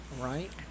Right